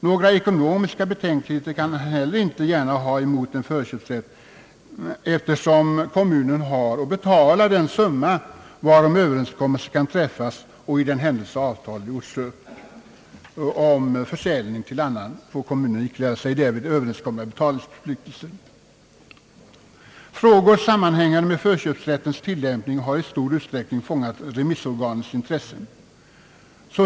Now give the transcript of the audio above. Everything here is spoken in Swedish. Några ekonomiska betänkligheter kan han inte heller gärna ha emot förköpsrätten, eftersom kommunen har att betala den summa, varom Överenskommelse kan träffas, och i den händelse avtal om försäljning till annan uppgjorts, får kommunen ikläda sig därvid överenskomna betalningsförpliktelser. Frågor sammanhängande med förköpsrättens tillämpning har i stor utsträckning fångat remissorganens intresse.